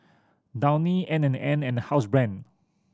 Downy N and N and Housebrand